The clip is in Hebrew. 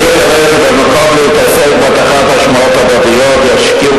אני מקווה שבמקום להתעסק בהטחת האשמות הדדיות ישקיעו